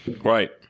Right